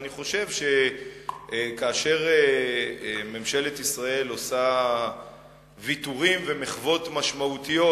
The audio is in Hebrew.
אני חושב שכאשר ממשלת ישראל עושה ויתורים ומחוות משמעותיות,